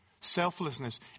selflessness